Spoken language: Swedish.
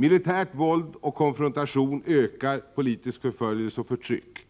Militärt våld och konfrontation ökar politisk förföljelse och förtryck.